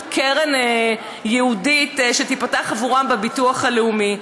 קרן ייעודית שתיפתח עבורם בביטוח הלאומי,